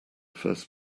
first